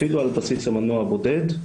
אפילו על בסיס המנוע הבודד,